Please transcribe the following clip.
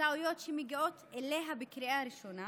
שטעויות שמגיעות אליה בקריאה הראשונה